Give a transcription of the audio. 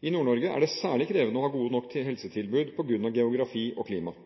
I Nord-Norge er det særlig krevende å ha gode nok helsetilbud på grunn av geografi og klima.